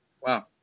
Wow